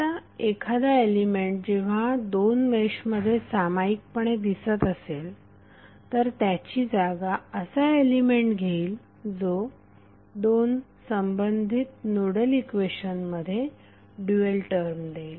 आता एखादा एलिमेंट जेव्हा दोन मेशमध्ये सामायिकपणे दिसत असेल तर त्याची जागा असा एलिमेंट घेईल जो दोन संबंधित नोडल इक्वेशनमध्ये ड्यूएल टर्म देईल